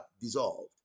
dissolved